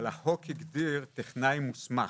אבל החוק הגדיר טכנאי מוסמך,